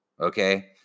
Okay